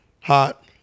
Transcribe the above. hot